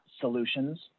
solutions